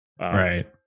Right